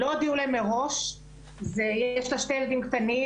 צריך לעשות משהו בשיתוף פעולה כדי שיהיה איזשהו פיצוי לבתים,